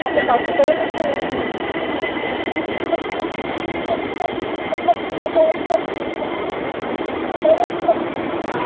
હા તો પાકું કરી મુકશોને